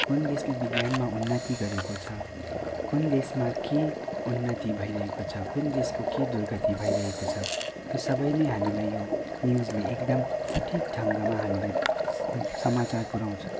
कुन देशले विज्ञानमा उन्नति गरेको छ कुन देशमा के उन्नति भइरहेको छ कुन देशको के दुर्गति भइरहेको छ यो सबै नै हामीलाई यो न्युजले एकदम सठिक ढङ्गमा हामीलाई समाचार पुऱ्याउँछ